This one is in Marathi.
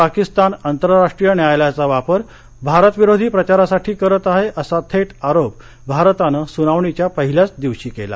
पाकीस्तान आंतरराष्ट्रीय न्यायालयाचा वापर भारतविरोधी प्रचारासाठी करत आहे असा थेट आरोप भारतानं सुनावणीच्या पहिल्याच दिवशी केला